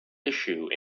issue